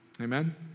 Amen